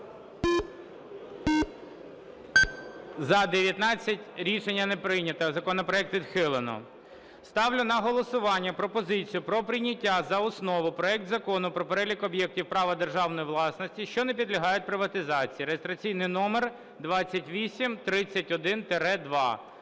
За-19 Рішення не прийнято. Законопроект відхилено. Ставлю на голосування пропозицію про прийняття за основу проекту Закону про перелік об'єктів права державної власності, що не підлягають приватизації (реєстраційний номер 2831-2).